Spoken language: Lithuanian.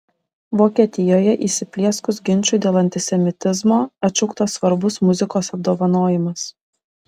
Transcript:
vokietijoje įsiplieskus ginčui dėl antisemitizmo atšauktas svarbus muzikos apdovanojimas